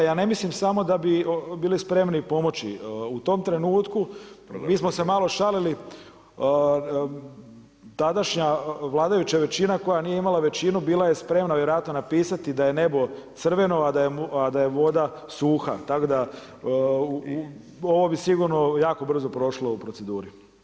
Ja ne mislim samo da bi bili spremni i pomoći, u tom trenutku mi smo se malo šalili, tadašnja vladajuća većina koja nije imala većinu bila je spremna vjerojatno napisati da je „nebo crveno, a da je voda suha“ tako da ovo bi sigurno jako brzo prošlo u proceduri.